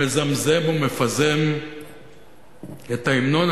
מזמזם ומפזם את ההמנון,